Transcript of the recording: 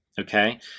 Okay